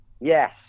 Yes